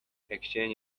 exchange